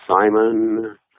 Simon